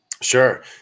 Sure